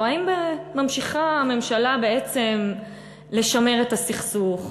או שהממשלה ממשיכה בעצם לשמר את הסכסוך,